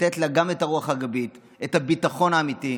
לתת לה גם את הרוח הגבית, את הביטחון האמיתי.